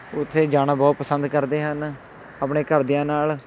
ਉੱਥੇ ਜਾਣਾ ਬਹੁਤ ਪਸੰਦ ਕਰਦੇ ਹਨ ਆਪਣੇ ਘਰਦਿਆਂ ਨਾਲ